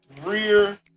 rear